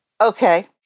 Okay